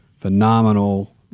phenomenal